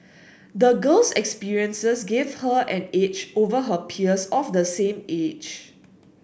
the girl's experiences gave her an edge over her peers of the same age